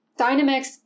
Dynamex